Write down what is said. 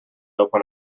open